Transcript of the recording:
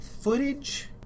footage